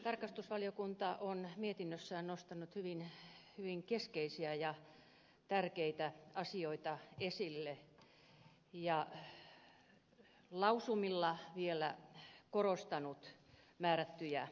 tarkastusvaliokunta on mietinnössään nostanut hyvin keskeisiä ja tärkeitä asioita esille ja lausumilla vielä korostanut määrättyjä asioita